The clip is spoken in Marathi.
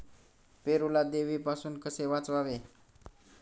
पेरूला देवीपासून कसे वाचवावे?